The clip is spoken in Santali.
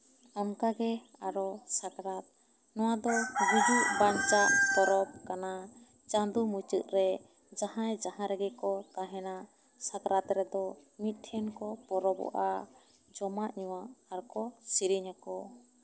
ᱚᱱᱠᱟ ᱜᱮ ᱟᱨᱚ ᱥᱟᱠᱨᱟᱛ ᱱᱚᱶᱟ ᱫᱚ ᱜᱩᱡᱩᱜ ᱵᱟᱧᱪᱟᱜ ᱯᱚᱨᱚᱵ ᱠᱟᱱᱟ ᱪᱟᱸᱫᱚ ᱢᱩᱪᱟᱹᱫ ᱨᱮ ᱡᱟᱦᱟᱸᱭ ᱡᱟᱦᱟᱸ ᱨᱮᱜᱮ ᱠᱚ ᱛᱟᱦᱮᱸᱱᱟ ᱥᱟᱠᱨᱟᱛ ᱨᱮᱫᱚ ᱢᱤᱫᱴᱽᱷᱮᱱ ᱠᱚ ᱯᱚᱨᱚᱵᱚᱜᱼᱟ ᱡᱚᱢᱟᱜ ᱧᱩᱣᱟᱜ ᱟᱨᱠᱚ ᱥᱮᱨᱮᱧ ᱟᱠᱚ